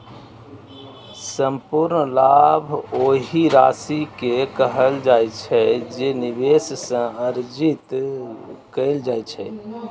संपूर्ण लाभ ओहि राशि कें कहल जाइ छै, जे निवेश सं अर्जित कैल जाइ छै